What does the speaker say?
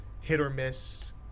hit-or-miss